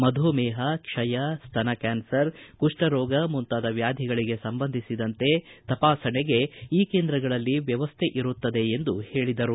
ಮಧುಮೇಷ ಕ್ಷಯ ಸ್ತನ ಕ್ಷಾನ್ಸರ್ ಕುಪ್ನರೋಗ ಮುಂತಾದ ವ್ಯಾಧಿಗಳಿಗೆ ಸಂಬಂಧಿಸಿದಂತೆ ತಪಾಸಣೆಗೆ ಈ ಕೇಂದ್ರಗಳಲ್ಲಿ ವ್ಯವಸ್ಥೆ ಇರುತ್ತದೆ ಎಂದು ಹೇಳಿದರು